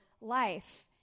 life